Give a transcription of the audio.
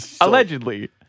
Allegedly